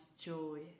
joy